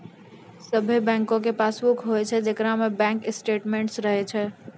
सभे बैंको रो पासबुक होय छै जेकरा में बैंक स्टेटमेंट्स रहै छै